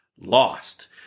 lost